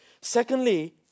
Secondly